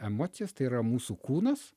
emocijas tai yra mūsų kūnas